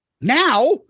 Now